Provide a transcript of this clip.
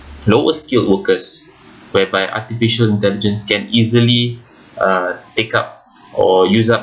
lower skilled workers whereby artificial intelligence can easily uh take up or use up